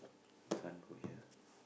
this one put here